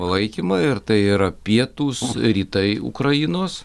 palaikymą ir tai yra pietūs rytai ukrainos